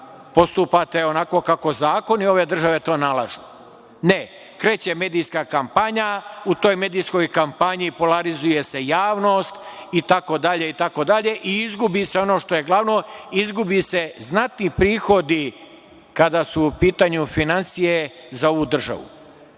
postupate onako kako zakoni ove države to nalažu. Ne, kreće medijska kampanja, u toj medijskoj kampanji polarizuje se javnost itd. i izgubi se ono što je glavno, izgube se znatni prihodi kada su u pitanju finansije za ovu državu.